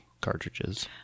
cartridges